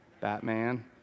Batman